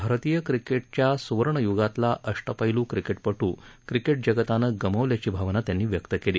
भारतीय क्रिकेटच्या सुवर्णयुगातला अष्टपैलू क्रिकेटपटू क्रिकेट जगतानं गमावल्याची भावना त्यांनी व्यक्त केली